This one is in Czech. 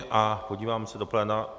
A podívám se do pléna.